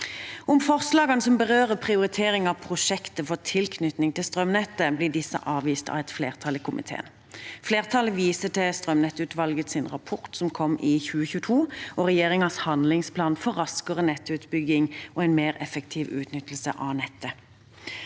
Forslagene som berører prioritering av prosjekter for tilknytning til strømnettet, blir avvist av et flertall i komiteen. Flertallet viser til strømnettutvalgets rapport, som kom i 2022, og regjeringens handlingsplan for raskere nettutbygging og en mer effektiv utnyttelse av nettet.